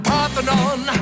Parthenon